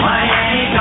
Miami